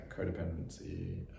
codependency